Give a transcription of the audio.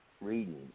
reading